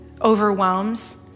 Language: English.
overwhelms